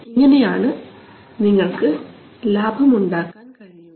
ഇങ്ങനെയാണ് നിങ്ങൾക്ക് ലാഭമുണ്ടാക്കാൻ കഴിയുക